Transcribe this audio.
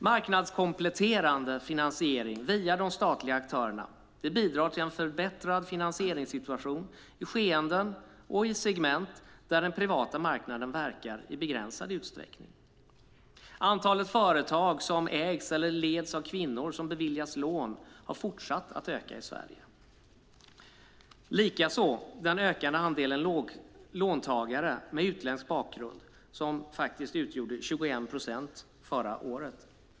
Marknadskompletterande finansiering via de statliga aktörerna bidrar till en förbättrad finansieringssituation i skeenden och i segment där den privata marknaden verkar i begränsad utsträckning. Antalet företag som ägs eller leds av kvinnor som beviljats lån har fortsatt att öka i Sverige. Likaså gäller det den ökande andelen låntagare med utländsk bakgrund, som faktiskt utgjorde 21 procent förra året.